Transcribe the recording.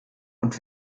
und